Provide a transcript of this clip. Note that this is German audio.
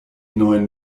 neun